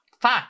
fuck